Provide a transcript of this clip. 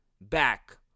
back